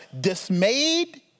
dismayed